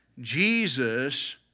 Jesus